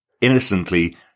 innocently